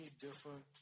different